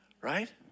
right